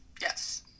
Yes